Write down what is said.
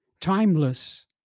timeless